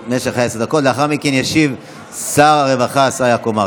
לאחר מכן ישיב שר הרווחה השר יעקב מרגי.